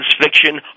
fiction